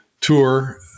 tour